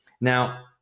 Now